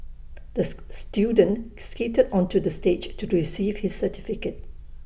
this student skated onto the stage to receive his certificate